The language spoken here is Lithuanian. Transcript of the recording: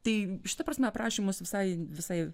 tai šita prasme aprašymus visai visai